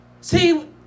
See